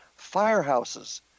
Firehouses